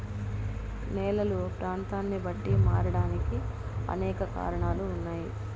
నేలలు ప్రాంతాన్ని బట్టి మారడానికి అనేక కారణాలు ఉన్నాయి